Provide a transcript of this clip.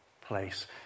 place